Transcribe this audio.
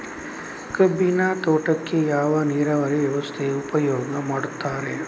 ಕಬ್ಬಿನ ತೋಟಕ್ಕೆ ಯಾವ ನೀರಾವರಿ ವ್ಯವಸ್ಥೆ ಉಪಯೋಗ ಮಾಡುತ್ತಾರೆ?